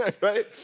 Right